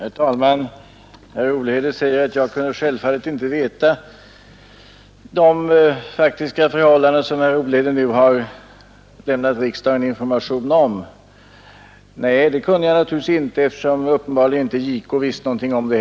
Herr talman! Herr Olhede sade att jag självfallet inte kunde känna till de faktiska förhållanden som herr Olhede nu har informerat riksdagen om. Nej, det kunde jag naturligtvis inte, eftersom JK uppenbarligen inte heller visste någonting.